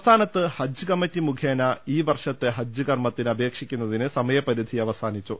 സംസ്ഥാനത്ത് ഹജ്ജ് കമ്മിറ്റി മുഖേന ഈ വർഷത്തെ ഹജ്ജ് കർമ്മത്തിന് അപേക്ഷിക്കുന്നതിന് സമ യ പ രിധി അവസാനിച്ചു